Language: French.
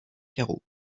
carreaux